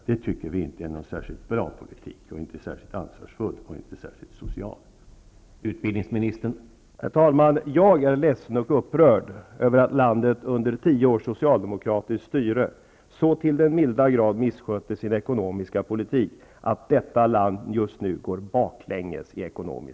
Det tycker vi inte är någon särskilt bra, särskilt ansvarsfull eller särskilt social politik.